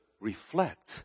reflect